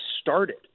started